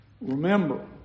remember